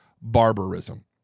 barbarism